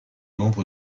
membre